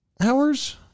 hours